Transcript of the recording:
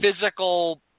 physical